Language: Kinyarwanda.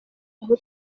aho